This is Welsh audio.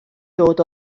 dod